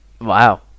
Wow